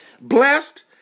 Blessed